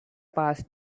past